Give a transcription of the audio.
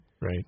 right